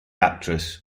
actress